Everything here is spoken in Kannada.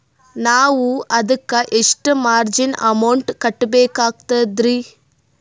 ನಾವು ಅದಕ್ಕ ಎಷ್ಟ ಮಾರ್ಜಿನ ಅಮೌಂಟ್ ಕಟ್ಟಬಕಾಗ್ತದ್ರಿ?